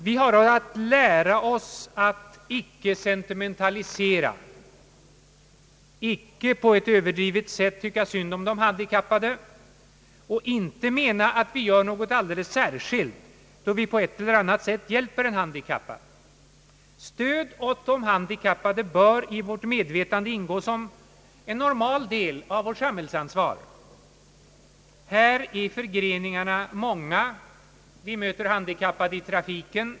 Vi har att lära oss att inte sentimentalisera, att inte på ett överdrivet sätt tycka synd om de handikappade och att inte mena att vi gör något alldeles särskilt, då vi på ett eller annat sätt hjälper en handikappad. Stöd åt de handikappade bör i vårt medvetande ingå såsom en normal del av vårt samhällsansvar. Här är förgreningarna många. Vi möter de handikappade i trafiken.